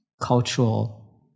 cultural